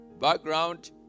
Background